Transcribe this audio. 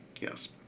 Yes